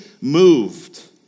moved